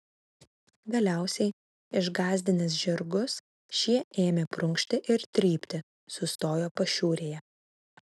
galiausiai išgąsdinęs žirgus šie ėmė prunkšti ir trypti sustojo pašiūrėje